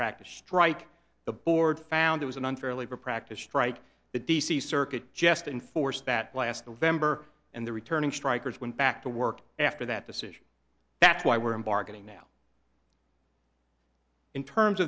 practice strike the board found it was an unfair labor practice strike the d c circuit gest enforced that last november and the returning strikers went back to work after that decision that's why we're in bargaining now in terms